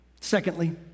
secondly